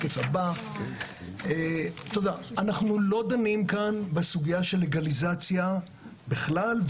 אנחנו לא דנים בסוגיה של לגליזציה בכלל,